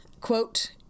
quote